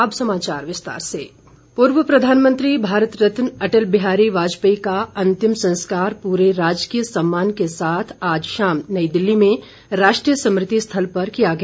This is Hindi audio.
अंतिम संस्कार पूर्व प्रधानमंत्री भारत रत्न अटल बिहारी वाजपेयी का अंतिम संस्कार पूरे राजकीय सम्मान के साथ आज शाम नई दिल्ली में राष्ट्रीय स्मृति स्थल पर किया गया